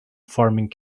farming